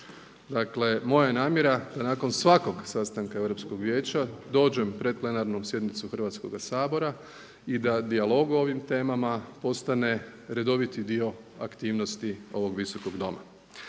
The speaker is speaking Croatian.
Dakle, moja je namjera da nakon svakog sastanka Europskog vijeća dođem pred plenarnom sjednicom Hrvatskoga sabora i da dijalog o ovim temama postane redoviti dio aktivnosti ovog visokog doma.